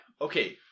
Okay